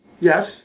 Yes